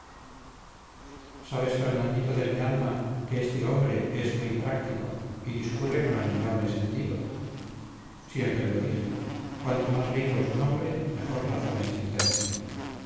sabes fernandito de mi alma que este hombre es muy práctico y discurre con admirable sentido siempre lo dije cuanto más rico es un hombre mejor razona y sentencia